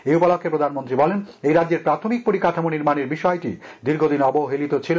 এই উপলক্ষ্যে প্রধানমন্ত্রী বলেন এই রাজ্যের প্রাথমিক পরিকাঠামো নির্মানের বিষয়টি দীর্ঘদিন অবহেলিত ছিল